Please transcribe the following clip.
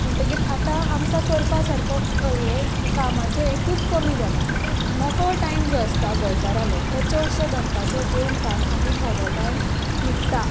आतां आमकां करपा सारको कामाचो हें खूब कमी जाला म्हणटकीच मेकळो टायम जो आसता गोंयकारांलो तो चडसो दनपाराचो जेवन खावन आमी थोडो टायम न्हिदता